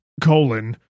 colon